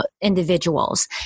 individuals